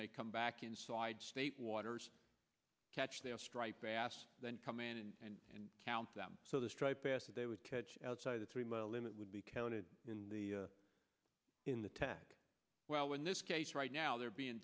they come back inside state waters catch their striped bass then come in and count them so the striped bass that they would catch outside the three mile limit would be counted in the in the tag well in this case right now they're being